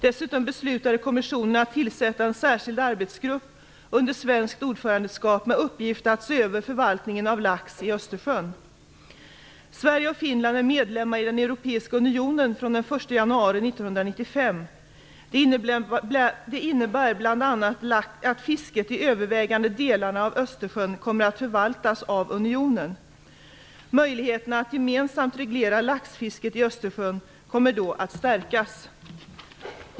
Dessutom beslutade kommissionen att tillsätta en särskild arbetsgrupp under svenskt ordförandeskap med uppgift att se över förvaltningen av lax i Östersjön. Sverige och Finland är medlemmar i Europeiska unionen från den 1 januari 1995. Det innebär bl.a. att fisket i övervägande delen av Östersjön kommer att förvaltas av unionen. Möjligheterna att gemensamt reglera laxfisket i Östersjön kommer då att stärkas.